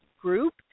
group